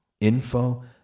info